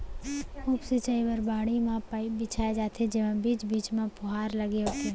उप सिंचई बर बाड़ी म पाइप बिछाए जाथे जेमा बीच बीच म फुहारा लगे होथे